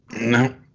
no